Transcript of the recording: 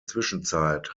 zwischenzeit